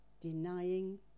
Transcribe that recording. denying